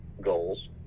goals